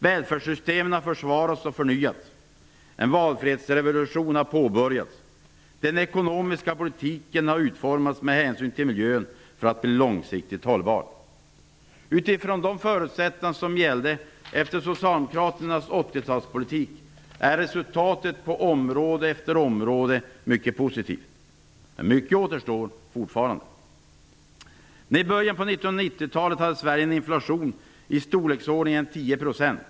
Välfärdssystemen har försvarats och förnyats. En valfrihetsrevolution har påbörjats. Den ekonomiska politiken har utformats med hänsyn till miljön för att bli långsiktigt hållbar. Utifrån de förutsättningar som gällde efter socialdemokraternas 1980-talspolitik är resultatet på område efter område mycket positivt, men mycket återstår fortfarande. I början på 1990-talet hade Sverige en inflation i storleksordningen 10 %.